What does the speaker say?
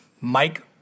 Mike